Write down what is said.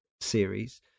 series